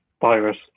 virus